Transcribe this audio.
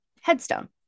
headstone